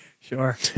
Sure